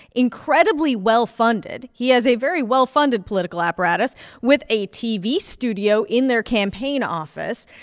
incredibly well-funded. he has a very well-funded political apparatus with a tv studio in their campaign office.